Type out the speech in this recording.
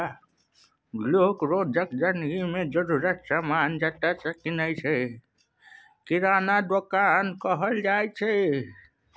लोक रोजक जिनगी मे जरुरतक समान जतय सँ कीनय छै किराना दोकान कहल जाइ छै